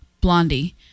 Blondie